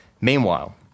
Meanwhile